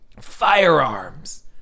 Firearms